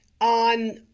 on